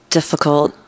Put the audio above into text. difficult